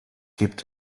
gibt